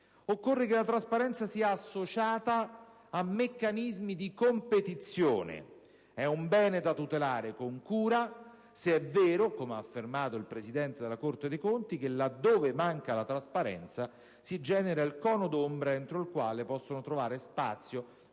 Occorre poi che la trasparenza sia associata ai meccanismi di competizione. È un bene da tutelare con cura se è vero, come ha affermato il presidente della Corte dei conti, che «laddove manca la trasparenza si genera il cono d'ombra entro il quale possono trovare spazio